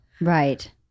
right